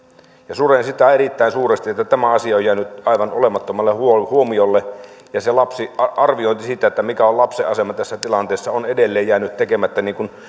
suren sitä erittäin suuresti että tämä asia on jäänyt aivan olemattomalle huomiolle ja se arviointi siitä mikä on lapsen asema tässä tilanteessa on edelleen jäänyt tekemättä niin kuin